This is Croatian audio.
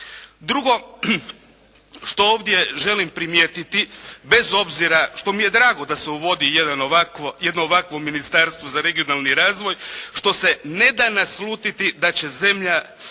Drugo što ovdje želim primijetiti bez obzira što mi je drago da se uvodi jedno ovakvo Ministarstvo za regionalni razvoj, što se ne da naslutiti da će zemlja